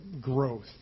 growth